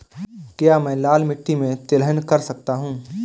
क्या मैं लाल मिट्टी में तिलहन कर सकता हूँ?